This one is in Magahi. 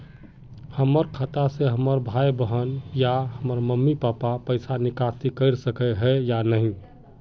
हमरा खाता से हमर भाई बहन या हमर मम्मी पापा पैसा निकासी कर सके है या नहीं?